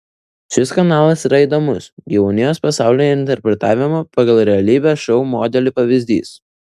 šis kanalas yra įdomus gyvūnijos pasaulio interpretavimo pagal realybės šou modelį pavyzdys